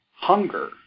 hunger